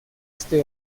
este